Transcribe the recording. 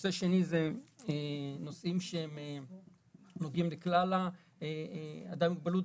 נושא שני זה נושאים שנוגעים לכלל האוכלוסייה עם מוגבלות,